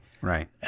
Right